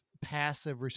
passive